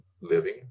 living